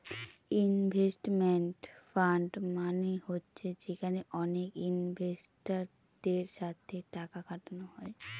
investment fund মানে হচ্ছে যেখানে অনেক ইনভেস্টারদের সাথে টাকা খাটানো হয়